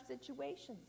situations